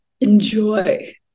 enjoy